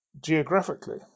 geographically